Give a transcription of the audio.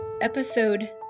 Episode